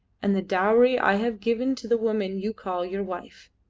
and the dowry i have given to the woman you call your wife.